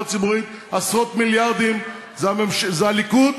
הציבורית עשרות מיליארדים זה הליכוד,